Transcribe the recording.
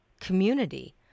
community